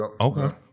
Okay